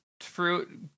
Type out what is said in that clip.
fruit